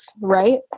right